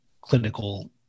clinical